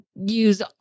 use